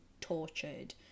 tortured